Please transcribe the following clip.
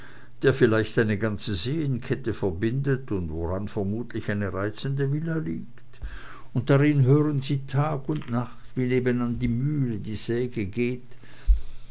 der vielleicht eine ganze seenkette verbindet und woran mutmaßlich eine reizende villa liegt und darin hören sie tag und nacht wie nebenan in der mühle die säge geht